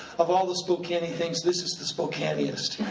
of all the spokane-y things, this is the spokane-iest.